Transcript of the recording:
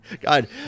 God